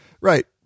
Right